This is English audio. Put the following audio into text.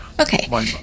Okay